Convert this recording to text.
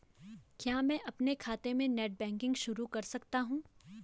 क्या मैं अपने खाते में नेट बैंकिंग शुरू कर सकता हूँ?